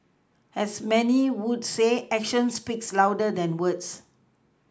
as many would say actions speak louder than words